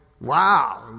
wow